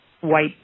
white